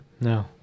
No